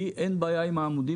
לי אין בעיה עם העמודים